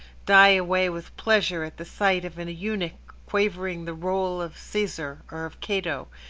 die away with pleasure at the sight of an eunuch quavering the role of caesar, or of cato,